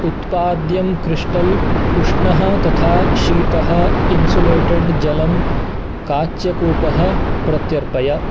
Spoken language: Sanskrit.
उत्पाद्यं क्रिष्टल् उष्णः तथा शीतः इन्सुलेटेड् जलम् काच्यकूपः प्रत्यर्पय